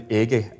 ikke